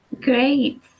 Great